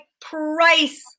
price